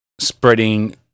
spreading